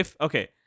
Okay